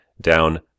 down